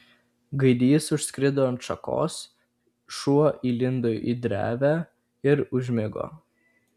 gaidys užskrido ant šakos šuo įlindo į drevę ir užmigo